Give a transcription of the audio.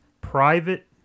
private